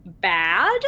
bad